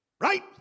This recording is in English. Right